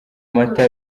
mata